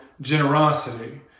generosity